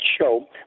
show